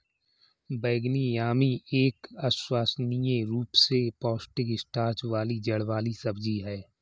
बैंगनी यामी एक अविश्वसनीय रूप से पौष्टिक स्टार्च वाली जड़ वाली सब्जी है